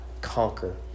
conquer